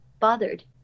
bothered